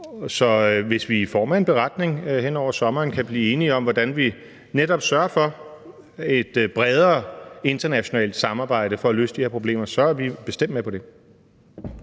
Så hvis vi i form af en beretning hen over sommeren kan blive enige om, hvordan vi netop sørger for at pege på et bredere internationalt samarbejde for at løse de her problemer, så er vi bestemt med på det.